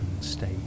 state